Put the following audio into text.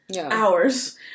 hours